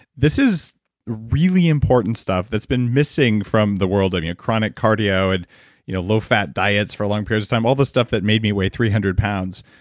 this is really important stuff that's been missing from the world. i mean chronic cardio and you know low-fat diets for long periods of time. all this stuff that made me weigh three hundred pounds.